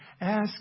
Ask